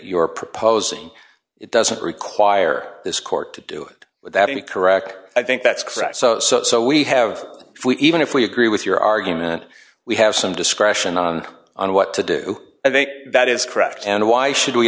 are proposing it doesn't require this court to do it without any correct i think that's crap so we have even if we agree with your argument we have some discretion on what to do i think that is correct and why should we